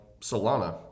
Solana